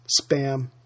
spam